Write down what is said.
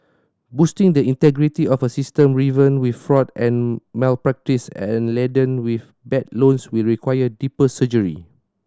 boosting the integrity of a system riven with fraud and malpractice and laden with bad loans will require deeper surgery